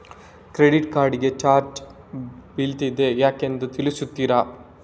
Credit card ಗೆ ಚಾರ್ಜ್ ಬೀಳ್ತಿದೆ ಯಾಕೆಂದು ತಿಳಿಸುತ್ತೀರಾ?